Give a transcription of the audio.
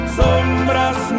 sombras